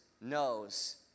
knows